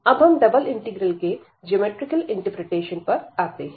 अब हम double integral के ज्योमैट्रिकल इंटरप्रिटेशन पर आते हैं